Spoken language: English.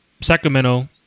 Sacramento